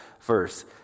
verse